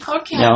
Okay